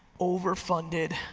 over funded,